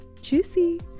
juicy